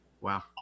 wow